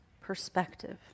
perspective